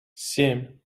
семь